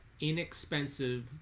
inexpensive